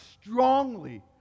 strongly